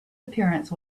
appearance